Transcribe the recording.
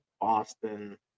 Boston